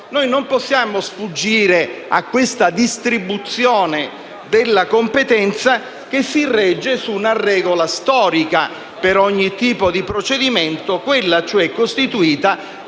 noi non possiamo sfuggire a questa distribuzione della competenza che si regge su una regola storica per ogni tipo di procedimento, quella cioè costituita